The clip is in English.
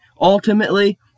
ultimately